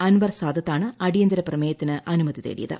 അൻവർ സാദത്താണ് അടിയന്തര പ്രമേയത്തിന് അനുമതി തേടിയത്